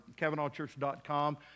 KavanaughChurch.com